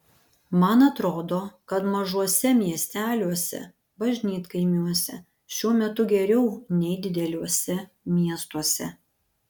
man atrodo kad mažuose miesteliuose bažnytkaimiuose šiuo metu geriau nei dideliuose miestuose